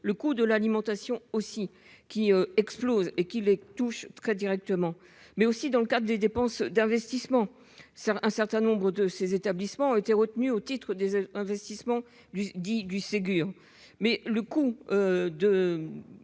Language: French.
du coût de l'alimentation, qui explose également et les touche très directement. Par ailleurs, dans le cadre des dépenses d'investissement, un certain nombre de ces établissements ont été retenus au titre des investissements dits « du Ségur », mais le coût des